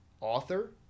author